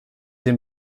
him